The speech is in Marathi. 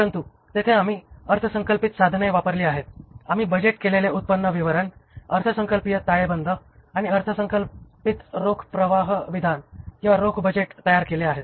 परंतु तेथे आम्ही अर्थसंकल्पित साधने वापरली आहेत आम्ही बजेट केलेले उत्पन्न विवरण अर्थसंकल्पीय ताळेबंद आणि अर्थसंकल्पित रोख प्रवाह विधान किंवा रोख बजेट तयार केले आहेत